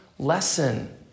Lesson